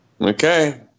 Okay